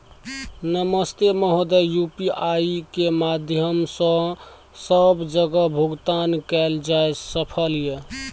नमस्ते महोदय, यु.पी.आई के माध्यम सं सब जगह भुगतान कैल जाए सकल ये?